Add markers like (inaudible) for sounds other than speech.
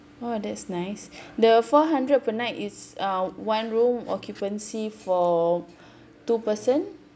oh that's nice (breath) the four hundred per night is uh one room occupancy for two person